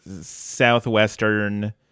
Southwestern